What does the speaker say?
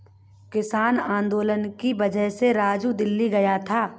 किसान आंदोलन की वजह से राजू दिल्ली गया था